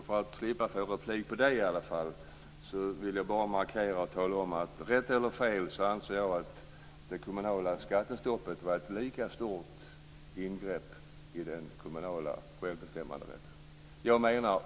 För att slippa att få replik i det här avseendet vill jag bara markera och tala om att jag, rätt eller fel, anser att det kommunala skattestoppet var ett lika stort ingrepp i den kommunala självbestämmanderätten.